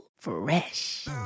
fresh